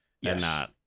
Yes